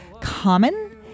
common